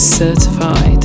certified